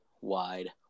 Wide